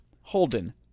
Holden